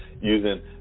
using